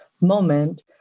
moment